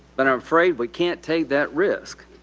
but i'm afraid we can't take that risk.